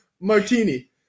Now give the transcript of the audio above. martini